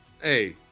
Hey